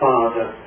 Father